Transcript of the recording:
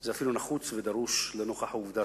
זה אפילו נחוץ ודרוש לנוכח העובדה